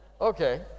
Okay